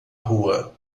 rua